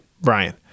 Brian